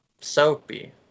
soapy